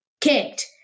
kicked